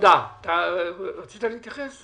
רצית להתייחס?